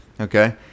Okay